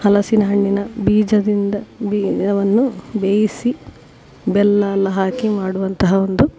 ಹಲಸಿನ ಹಣ್ಣಿನ ಬೀಜದಿಂದ ಬೀಜವನ್ನು ಬೇಯಿಸಿ ಬೆಲ್ಲ ಎಲ್ಲ ಹಾಕಿ ಮಾಡುವಂತಹ ಒಂದು